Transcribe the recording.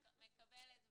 מקבלת באהבה.